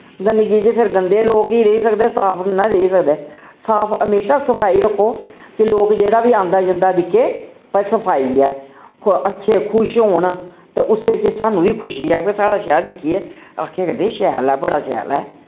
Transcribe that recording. गंदगी च फिर गंदे लोक ही रेही सकदे साफ निं ना रेही सकदे साफ हमेशा सफाई रक्खो कि लोक जेह्ड़ा वी आंदा जंदा दिक्खे भाई सफाई ऐ अच्छे खुश होन ते उस्से बिच्च साह्नू वी खुशी ऐ कि साढ़ा शैह्र दिक्खियै आक्खे करदे शैल ऐ बड़ा शैल ऐ